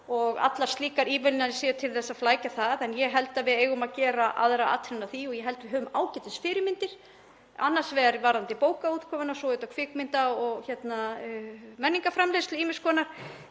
og allar slíkar ívilnanir séu til að flækja það. Ég held að við eigum að gera aðra atrennu að því og ég held við höfum ágætis fyrirmyndir, annars vegar varðandi bókaútgáfuna og svo auðvitað kvikmynda- og menningarframleiðslu ýmiss konar.